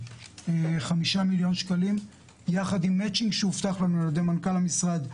5 מיליון שקלים יחד עם מטצ'ינג שהובטח על ידי מנכ"ל המשרד,